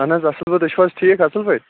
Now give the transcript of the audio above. اہن حظ اَصٕل پٲٹھۍ تُہۍ چھُو حظ ٹھیٖک اَصٕل پٲٹھۍ